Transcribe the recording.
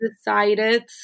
decided